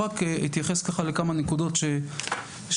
רק להתייחס ככה לכמה נקודות שעלו.